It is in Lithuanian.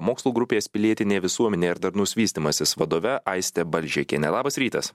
mokslo grupės pilietinė visuomenė ir darnus vystymasis vadove aiste balžekiene labas rytas